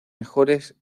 mejores